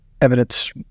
evidence